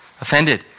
offended